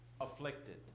afflicted